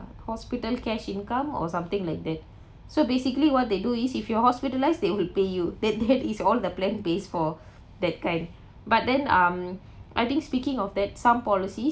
hospital cash income or something like that so basically what they do is if you're hospitalized they would pay you that that is all the plan pays for that kind but then um I think speaking of that some policies